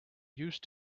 used